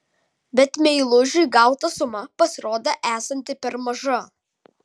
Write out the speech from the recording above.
bet meilužiui gauta suma pasirodė esanti per maža